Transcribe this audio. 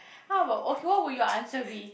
how about okay what will your answer be